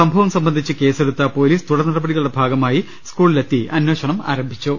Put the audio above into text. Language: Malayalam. സംഭവം സംബന്ധിച്ച് കേസെടുത്ത പൊലീസ് തുടർ നടപടികളുടെ ഭാഗമായി സ്കൂളിലെത്തി അന്വേഷണം ആരംഭിച്ചു